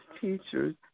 teachers